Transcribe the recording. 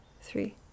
three